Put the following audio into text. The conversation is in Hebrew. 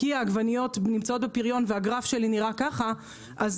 כי העגבניות נמצאות בפריון והגרף שלי נראה ככה יורד,